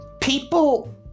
People